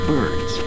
Birds